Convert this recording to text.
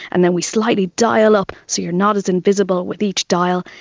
and then we slightly dial up so you are not as invisible with each dial,